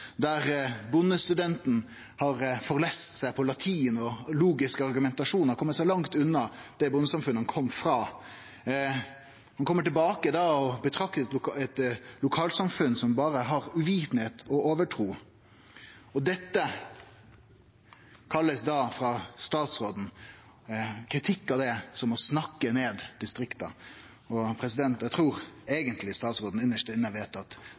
der bondestudenten har forlest seg på latin og logisk argumentasjon og kome langt unna det bondesamfunnet han kom frå. Han kjem tilbake og ser eit lokalsamfunn som berre har ukunne og overtru. Kritikk av det blir av statsråden kalla å snakke ned distrikta. Eg trur at statsråden inst inne veit at det er